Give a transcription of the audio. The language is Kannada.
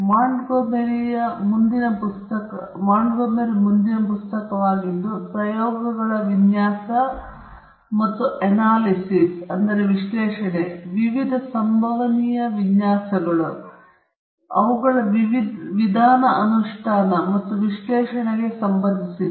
ಮಾಂಟ್ಗೊಮೆರಿ ಮುಂದಿನ ಪುಸ್ತಕವಾಗಿದ್ದು ಪ್ರಯೋಗಗಳ ವಿನ್ಯಾಸ ಮತ್ತು ಅನಾಲಿಸಿಸ್ ವಿವಿಧ ಸಂಭವನೀಯ ವಿನ್ಯಾಸಗಳು ಮತ್ತು ಅವುಗಳ ವಿಧಾನ ಅನುಷ್ಠಾನ ಮತ್ತು ವಿಶ್ಲೇಷಣೆಗೆ ಸಂಬಂಧಿಸಿದೆ